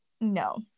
No